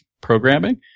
programming